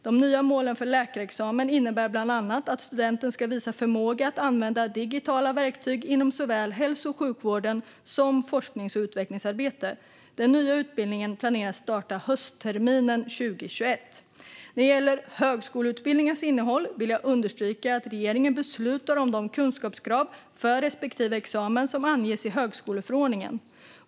De nya målen för läkarexamen innebär bland annat att studenten ska visa förmåga att använda digitala verktyg inom såväl hälso och sjukvården som forsknings och utvecklingsarbete. Den nya utbildningen planeras att starta höstterminen 2021. När det gäller högskoleutbildningars innehåll vill jag understryka att regeringen beslutar om de kunskapskrav för respektive examen som anges i högskoleförordningen.